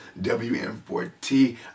WM4T